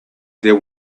there